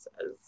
says